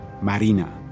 Marina